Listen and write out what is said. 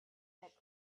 that